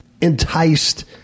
enticed